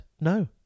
no